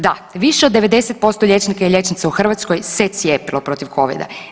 Da, više od 90% liječnika i liječnica u Hrvatskoj se cijepilo protiv covida.